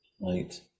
Right